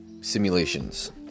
simulations